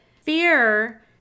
fear